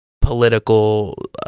political